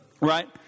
right